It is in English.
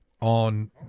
on